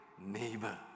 neighbor